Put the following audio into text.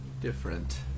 different